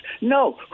No